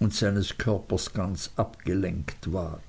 und seines körpers ganz abgelenkt war